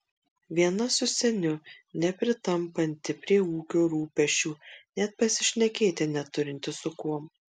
viena su seniu nepritampanti prie ūkio rūpesčių net pasišnekėti neturinti su kuom